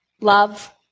Love